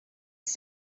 sun